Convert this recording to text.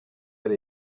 that